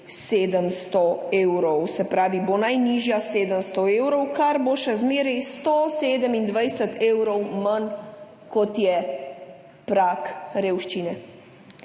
700 evrov, se pravi, bo najnižja 700 evrov, kar bo še zmeraj 127 evrov manj kot je prag revščine.